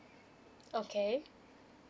okay